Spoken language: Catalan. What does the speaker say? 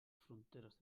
fronteres